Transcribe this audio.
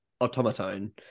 automaton